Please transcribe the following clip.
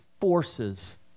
forces